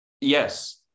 Yes